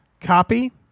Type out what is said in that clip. copy